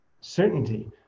certainty